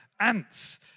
ants